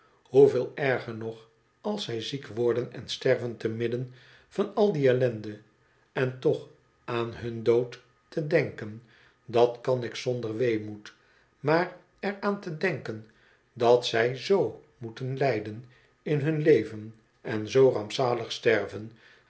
hoeveel erger nog als zij ziek worden en sterven te midden van al die ellende en toch aan hun dood te denken dat kan ik zonder weemoed maar er aan te denken dat zij z moeten lijden in hun leven en z rampzalig sterven